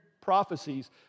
prophecies